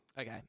Okay